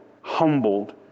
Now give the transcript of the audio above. humbled